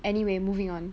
anyway moving on